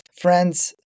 friends